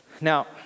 Now